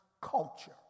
culture